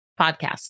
Podcast